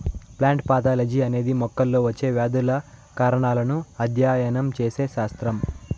plant pathology అనేది మొక్కల్లో వచ్చే వ్యాధుల కారణాలను అధ్యయనం చేసే శాస్త్రం